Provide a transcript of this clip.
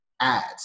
ads